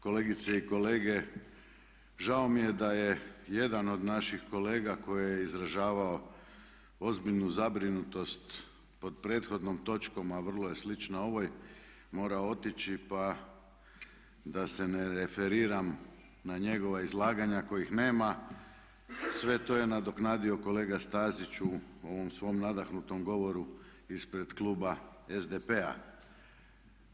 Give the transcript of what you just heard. Kolegice i kolege žao mi je da je jedan od naših kolega koji je izražavao ozbiljnu zabrinutost pod prethodnom točkom, a vrlo je slična ovoj morao otići pa da se ne referiram na njegova izlaganja kojih nema, sve to je nadoknadio kolega Stazić u ovom svom nadahnutom govoru ispred kluba SDP-a.